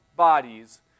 bodies